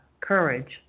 courage